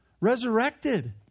resurrected